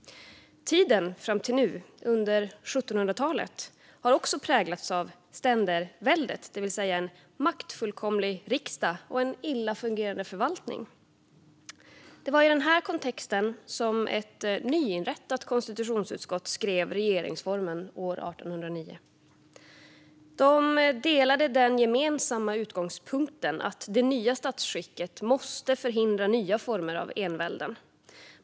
Tiden fram till nu - 1700-talet - har också präglats av ständerväldet, det vill säga en maktfullkomlig riksdag och en illa fungerande förvaltning. Det var i denna kontext som ett nyinrättat konstitutionsutskott skrev regeringsformen år 1809. Man delade den gemensamma utgångspunkten att det nya statsskicket måste förhindra nya former av envälden.